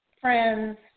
friends